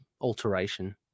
alteration